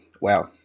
Wow